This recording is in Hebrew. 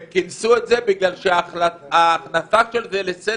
הם כינסו את זה בגלל שההכנסה של זה לסדר-היום